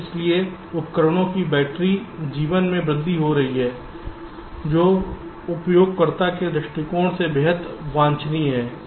इसलिए उपकरणों की बैटरी जीवन में वृद्धि हो रही है जो उपयोगकर्ताओं के दृष्टिकोण से बेहद वांछनीय है